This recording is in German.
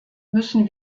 müssen